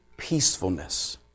peacefulness